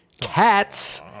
Cats